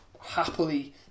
happily